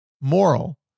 moral